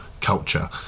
culture